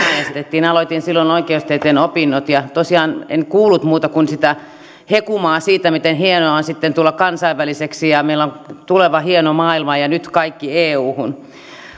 äänestettiin aloitin silloin oikeustieteen opinnot ja tosiaan en kuullut muuta kuin sitä hekumaa siitä miten hienoa on sitten tulla kansainväliseksi ja että meillä on tuleva hieno maailma ja ja nyt kaikki euhun